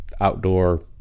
outdoor